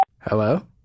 Hello